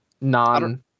non